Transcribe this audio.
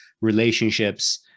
relationships